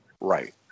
Right